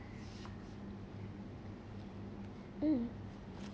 mm